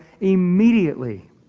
immediately